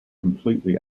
completely